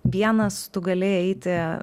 vienas tu gali eiti